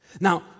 Now